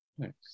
Thanks